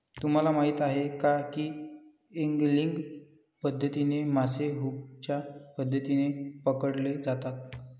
तुम्हाला माहीत आहे का की एंगलिंग पद्धतीने मासे हुकच्या मदतीने पकडले जातात